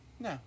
No